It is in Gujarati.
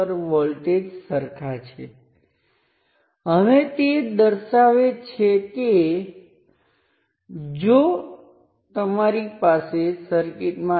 તેથી હું આને સુપર પોઝિશનનાં બે કેસ તરીકે વિચારીશ હું તેની બે વાર નકલ કરું આ મારી સર્કિટ છે